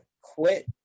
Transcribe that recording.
quit